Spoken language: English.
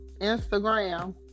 Instagram